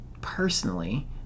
personally